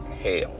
hell